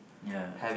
ya